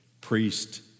priest